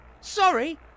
sorry